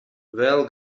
vēl